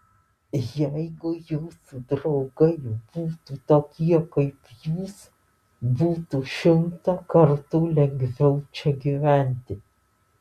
jeigu jūsų draugai būtų tokie kaip jūs būtų šimtą kartų lengviau čia gyventi